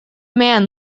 man